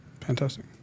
Fantastic